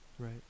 Right